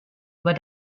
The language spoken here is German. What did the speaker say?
über